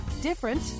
Different